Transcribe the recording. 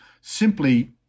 simply